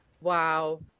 Wow